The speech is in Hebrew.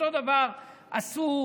אותו דבר עשו,